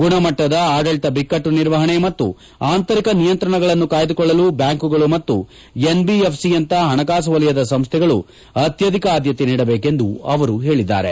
ಗುಣಮಟ್ಟದ ಆಡಳತ ಬಿಕಟ್ಟು ನಿರ್ವಹಣೆ ಮತ್ತು ಆಂತರಿಕ ನಿಯಂತ್ರಣಗಳನ್ನು ಕಾಯ್ಲುಕೊಳ್ಳಲು ಬ್ಲಾಂಕುಗಳು ಮತ್ತು ಎನ್ಬಿಎಫ್ಸಿ ಯಂತಹ ಹಣಕಾಸು ವಲಯದ ಸಂಸ್ಟೆಗಳು ಅತ್ಯಧಿಕ ಆದ್ದತೆ ನೀಡಬೇಕೆಂದು ಅವರು ಹೇಳಿದ್ದಾರೆ